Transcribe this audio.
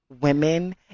women